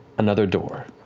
another door,